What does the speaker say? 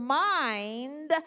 mind